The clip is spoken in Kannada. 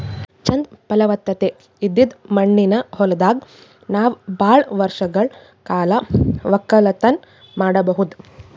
ಚಂದ್ ಫಲವತ್ತತೆ ಇದ್ದಿದ್ ಮಣ್ಣಿನ ಹೊಲದಾಗ್ ನಾವ್ ಭಾಳ್ ವರ್ಷಗಳ್ ಕಾಲ ವಕ್ಕಲತನ್ ಮಾಡಬಹುದ್